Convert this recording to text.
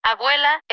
Abuela